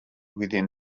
within